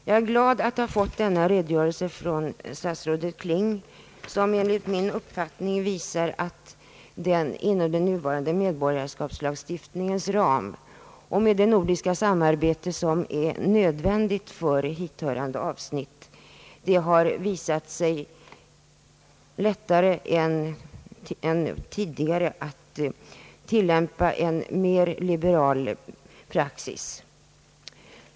Jag är glad över att från statsrådet Kling ha fått denna redogörelse, som enligt min uppfattning visar att det inom den nuvarande medborgarskapslagstiftningens ram och med det nordiska samarbete som är nödvändigt för hithörande avsnitt har blivit lättare än tidigare att tillämpa en mera liberal praxis.